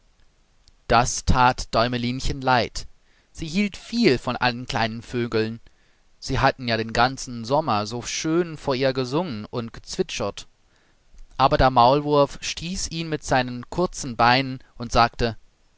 das that däumelinchen leid sie hielt viel von allen kleinen vögeln sie hatten ja den ganzen sommer so schön vor ihr gesungen und gezwitschert aber der maulwurf stieß ihn mit seinen kurzen beinen und sagte